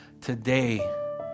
today